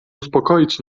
uspokoić